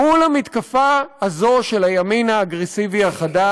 מול המתקפה הזאת של הימין האגרסיבי החדש,